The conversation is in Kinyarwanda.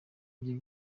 ibyo